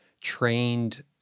trained